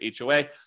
HOA